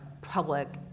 public